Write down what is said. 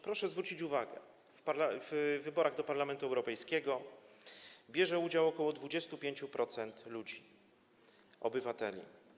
Proszę zwrócić uwagę - w wyborach do Parlamentu Europejskiego bierze udział ok. 25% ludzi, obywateli.